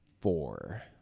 four